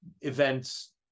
events